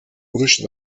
gruix